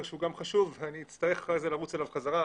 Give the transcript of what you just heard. שהוא גם חשוב ואני אצטרך אחרי זה לרוץ אליו חזרה,